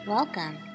Welcome